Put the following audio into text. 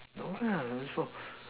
no lah